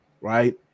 right